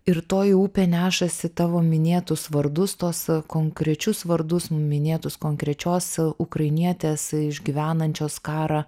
ir toji upė nešasi tavo minėtus vardus tuos konkrečius vardus minėtus konkrečios ukrainietės išgyvenančios karą